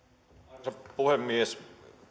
arvoisa puhemies